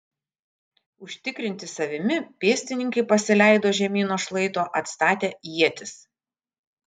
užtikrinti savimi pėstininkai pasileido žemyn nuo šlaito atstatę ietis